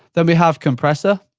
then we have compressor,